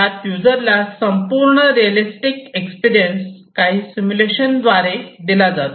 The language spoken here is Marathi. यात युजरला संपूर्ण रियलीस्टिक एक्सपिरीयन्स काही सिमुलेशनद्वारे दिला जातो